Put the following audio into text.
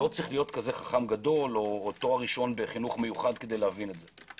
לא צריך להיות חכם גדול או תואר ראשון בחינוך מיוחד כדי להבין את זה.